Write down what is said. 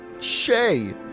Shay